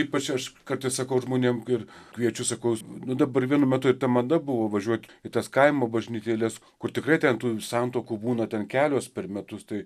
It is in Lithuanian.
ypač aš kartais sakau žmonėm ir kviečiu sakau nu dabar vienu metu ir ta mada buvo važiuot į tas kaimo bažnytėles kur tikrai ten tų santuokų būna ten kelios per metus tai